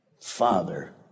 Father